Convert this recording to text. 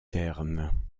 terne